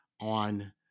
on